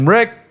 Rick